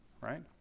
right